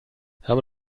haben